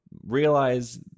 realize